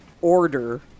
order